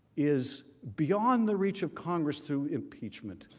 is beyond the reach of congress to impeachment.